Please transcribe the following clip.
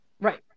Right